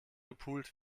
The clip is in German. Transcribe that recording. gepult